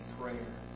prayer